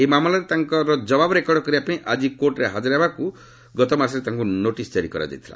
ଏହି ମାମଲାରେ ତାଙ୍କର ଜବାବ ରେକର୍ଡ କରିବା ପାଇଁ ଆଜି କୋର୍ଟରେ ହାଜର ହେବା ସକାଶେ ଗତ ମାସରେ ତାଙ୍କୁ ନୋଟିସ୍ ଜାରି କରାଯାଇଥିଲା